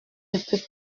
peut